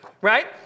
right